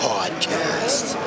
Podcast